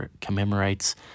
Commemorates